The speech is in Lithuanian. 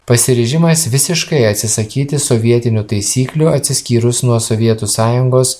pasiryžimas visiškai atsisakyti sovietinių taisyklių atsiskyrus nuo sovietų sąjungos